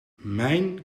mijn